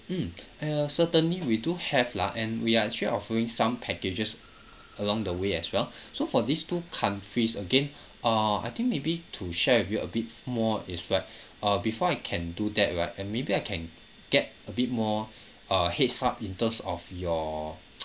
mm uh certainly we do have lah and we are actually offering some packages along the way as well so for these two countries again uh I think maybe to share with you a bit more it's like uh before I can do that right uh maybe I can get a bit more uh head start in terms of your